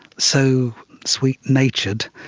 so sweet-natured,